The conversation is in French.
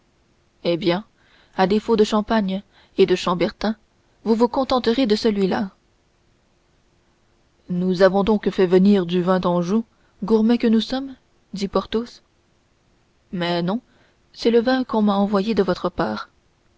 eh bien à défaut de champagne et de chambertin vous vous contenterez de celui-là nous avons donc fait venir du vin d'anjou gourmet que nous sommes dit porthos mais non c'est le vin qu'on m'a envoyé de votre part